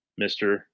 mr